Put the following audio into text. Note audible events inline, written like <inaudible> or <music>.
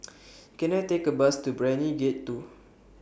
<noise> Can I Take A Bus to Brani Gate two